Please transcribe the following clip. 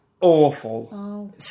awful